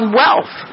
wealth